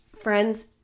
friends